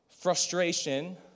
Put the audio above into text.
frustration